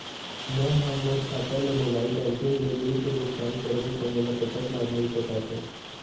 मैं हा मोर खाता ले मोबाइल बैंकिंग ले बिल के भुगतान करहूं ता मोला कतक लाभ मिल सका थे?